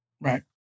right